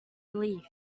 relief